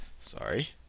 sorry